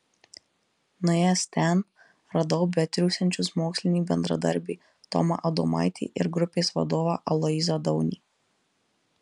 nuėjęs ten radau betriūsiančius mokslinį bendradarbį tomą adomaitį ir grupės vadovą aloyzą daunį